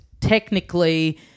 Technically